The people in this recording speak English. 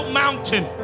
mountain